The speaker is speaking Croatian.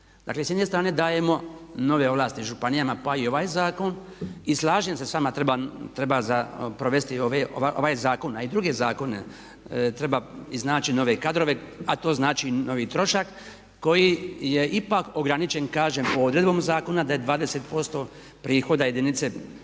Dakle, s jedne strane dajemo nove ovlasti županijama pa i ovaj zakon, i slažem se s vama treba za provesti ovaj zakon a i druge zakone treba iznaći nove kadrove a to znači novi trošak koji je ipak ograničen kažem odredbom zakona da je 20% prihoda jedinice